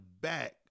back